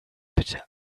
bitte